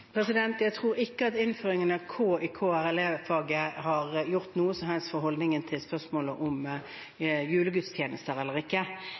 Jeg tror ikke at innføringen av K i KRLE-faget har gjort noe som helst for holdningen til spørsmålet om julegudstjenester eller ikke,